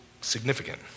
Significant